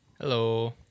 Hello